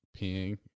peeing